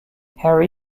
harry